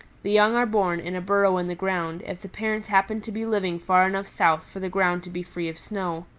the young are born in a burrow in the ground, if the parents happen to be living far enough south for the ground to be free of snow.